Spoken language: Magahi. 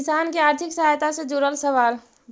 किसान के आर्थिक सहायता से जुड़ल सवाल?